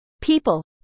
people